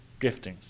giftings